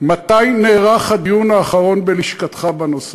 מתי נערך הדיון האחרון בלשכתך בנושא?